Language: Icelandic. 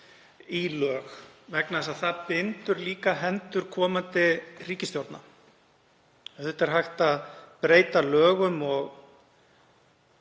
í lög vegna þess að það bindur líka hendur komandi ríkisstjórna. Auðvitað er hægt að breyta lögum en